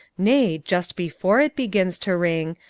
nay, just before it begins to ring,